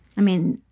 i mean,